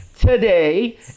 Today